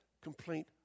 complaint